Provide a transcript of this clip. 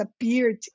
appeared